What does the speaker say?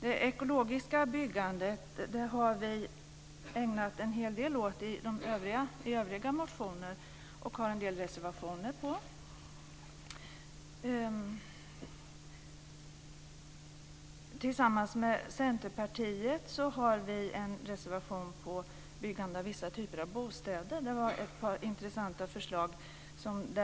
Det ekologiska byggandet har vi ägnat en hel del åt i övriga motioner och har en del reservationer. Tillsammans med Centerpartiet har vi en reservation om byggande av vissa typer av bostäder. Där har vi ett par intressanta förslag.